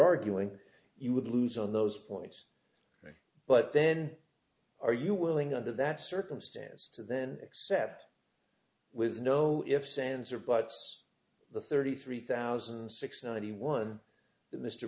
arguing you would lose on those points but then are you willing under that circumstance to then accept with no ifs ands or buts the thirty three thousand and six ninety one